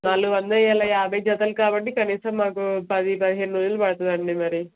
నాలుగు వందల యాభై జతలు కాబట్టి కనీసం మాకు పది పదిహేను రోజులు పడుతుందండి మరి